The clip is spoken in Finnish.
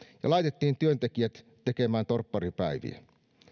ja laitettiin työntekijät tekemään torpparipäiviä